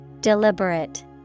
Deliberate